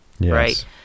right